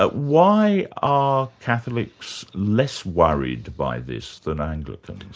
but why are catholics less worried by this than anglicans